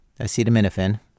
acetaminophen